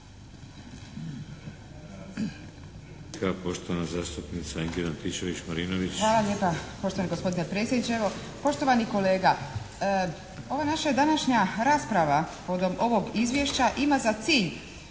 poštovani kolega, ova naša je današnja rasprava povodom ovog izvješća ima za cilj